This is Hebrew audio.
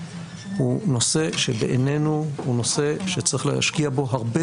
הוא נושא שבעיננו הוא נושא שצריך להשקיע בו הרבה